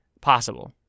possible